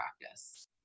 practice